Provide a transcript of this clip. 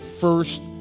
first